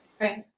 Right